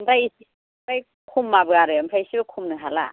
ओमफ्राय खमाबो आरो ओमफ्राय एसे खमनो हाला